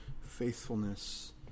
faithfulness